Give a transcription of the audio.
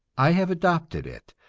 i have adopted it,